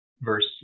verse